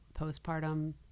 postpartum